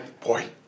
Boy